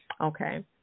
Okay